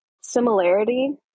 similarity